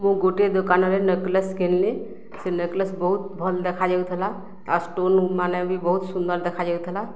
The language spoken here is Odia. ମୁଁ ଗୋଟିଏ ଦୋକାନରେ ନେକଲେସ୍ କିଣିଲି ସେ ନେକଲେସ୍ ବହୁତ ଭଲ୍ ଦେଖାଯାଉଥିଲା ତା' ଷ୍ଟୋନ୍ ମାନେ ବି ବହୁତ ସୁନ୍ଦର ଦେଖାଯାଉଥିଲା